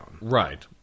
Right